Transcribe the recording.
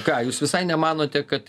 ką jūs visai nemanote kad